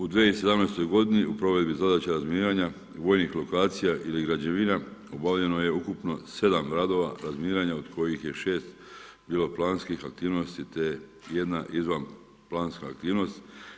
U 2017. g. u provedbi zadaća razminiranja vojnih lokacija i građevina, obavljeno je ukupno 7 radova razminiranja od koji je 6 bilo planskih aktivnosti, te jedna izvan planska aktivnost.